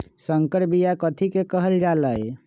संकर बिया कथि के कहल जा लई?